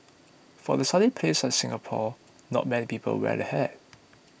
for The Sunny place like Singapore not many people wear a hat